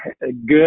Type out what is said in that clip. Good